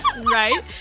right